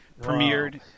premiered